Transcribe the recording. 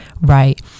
Right